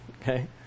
okay